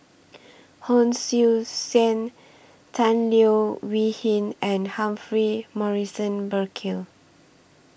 Hon Sui Sen Tan Leo Wee Hin and Humphrey Morrison Burkill